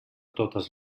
totes